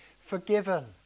forgiven